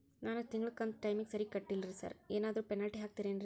ನಾನು ತಿಂಗ್ಳ ಕಂತ್ ಟೈಮಿಗ್ ಸರಿಗೆ ಕಟ್ಟಿಲ್ರಿ ಸಾರ್ ಏನಾದ್ರು ಪೆನಾಲ್ಟಿ ಹಾಕ್ತಿರೆನ್ರಿ?